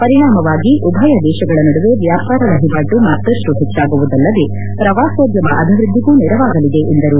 ಪರಿಣಾಮವಾಗಿ ಉಭಯ ದೇಶಗಳ ನಡುವೆ ವ್ಯಾಪಾರ ವಹಿವಾಟು ಮತ್ತಷ್ಟು ಹೆಚ್ಚಾಗುವುದಲ್ಲದೇ ಪ್ರವಾಸೋದ್ಯಮ ಅಭಿವೃದ್ದಿಗೂ ನೆರವಾಗಲಿದೆ ಎಂದರು